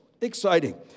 Exciting